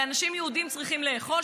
הרי אנשים יהודים צריכים לאכול,